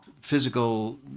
physical